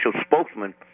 spokesman